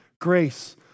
grace